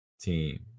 team